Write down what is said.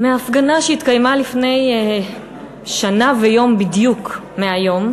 מהפגנה שהתקיימה לפני שנה ויום בדיוק מהיום,